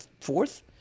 fourth